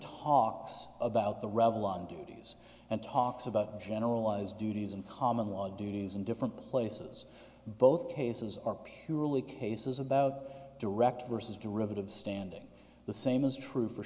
talks about the revlon duties and talks about generalized duties and common law duties in different places both cases are purely cases about direct worse as derivative standing the same is true for